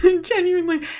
Genuinely